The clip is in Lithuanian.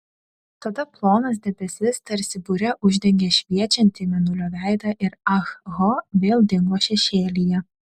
tada plonas debesis tarsi bure uždengė šviečiantį mėnulio veidą ir ah ho vėl dingo šešėlyje